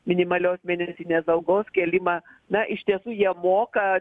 minimalios mėnesinės algos kėlimą na iš tiesų jie moka